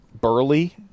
burly